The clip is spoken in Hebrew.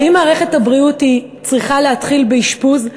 האם מערכת הבריאות צריכה להתחיל באשפוז,